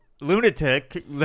lunatic